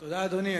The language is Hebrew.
תודה, אדוני.